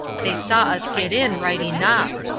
they saw us get in right enough.